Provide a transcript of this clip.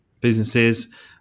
businesses